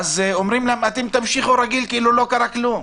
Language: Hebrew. אומרים להם: תמשיכו רגיל כאילו לא קרה כלום.